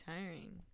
tiring